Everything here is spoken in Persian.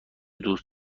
دوست